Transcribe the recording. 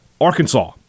Arkansas